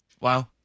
Wow